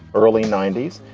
early ninety s.